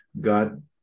God